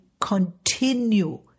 continue